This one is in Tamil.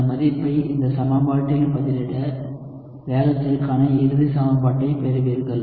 இந்த மதிப்பை இந்த சமன்பாட்டில் பதிலிட வேகத்திற்கான இறுதி சமன்பாட்டைப் பெறுவீர்கள்